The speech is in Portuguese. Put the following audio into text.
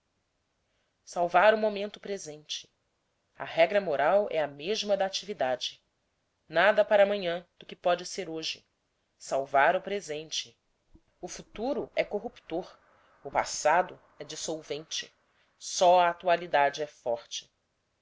salvar o momento presente a regra moral é a mesma da atividade nada para amanhã do que pode ser hoje salvar o presente nada mais preocupe o futuro é corruptor o passado é dissolvente só a atualidade é forte